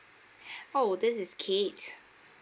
oh this is kate